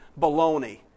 baloney